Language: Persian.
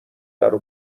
درو